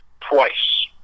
twice